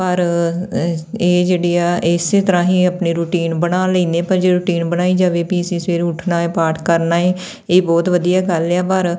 ਪਰ ਇਹ ਜਿਹੜੀ ਆ ਇਸ ਤਰ੍ਹਾਂ ਹੀ ਆਪਣੀ ਰੂਟੀਨ ਬਣਾ ਲੈਂਦੇ ਪਰ ਜੇ ਰੂਟੀਨ ਬਣਾਈ ਜਾਵੇ ਵੀ ਅਸੀਂ ਸਵੇਰ ਉੱਠਣਾ ਹੈ ਪਾਠ ਕਰਨਾ ਹੈ ਇਹ ਬਹੁਤ ਵਧੀਆ ਗੱਲ ਹੈ ਆ ਪਰ